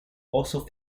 also